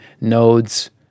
nodes